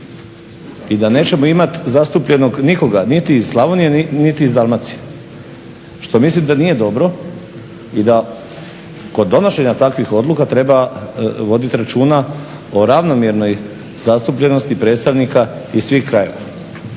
I da nećemo imat zastupljenog nikoga niti iz Slavnije niti iz Dalmacije. Što mislim da nije dobro i da kod donošenja takvih odluka treba vodit računa o ravnomjernoj zastupljenosti predstavnika iz svih krajeva.